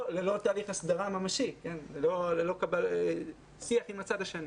תהליך הסדרה ממשי וללא שיח עם הצד השני.